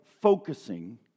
focusing